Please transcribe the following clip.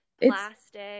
plastic